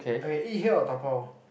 okay eat here or dabao